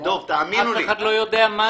דב, תאמינו לי --- אף אחד לא יודע מה זה.